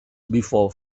before